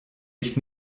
jetzt